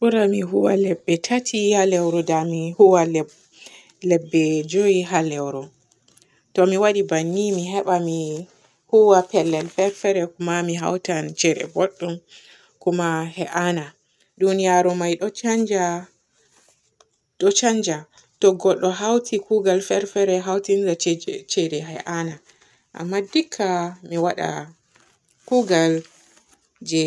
Bura mi huuwa lebbi tati haa lewru da mi huuwa leb-lebbi joowi haa lewru. To mi waaɗi banni mi heba mi huuwa pellel ferfere ma mi hautan ceede bodɗum kuma he'ana. Duniyaru may ɗo caanja ɗo caanja to godɗo hauti kuugal ferfere hautirdira ceede hee'ana, amma dikka mi waada kuugal je